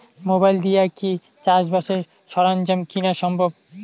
Mobile দিয়া কি চাষবাসের সরঞ্জাম কিনা সম্ভব?